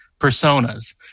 personas